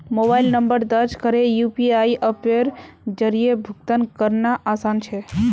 mobile number दर्ज करे UPI अप्पेर जरिया भुगतान करना आसान छे